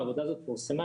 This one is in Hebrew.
העבודה הזאת פורסמה,